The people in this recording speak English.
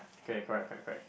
okay correct correct correct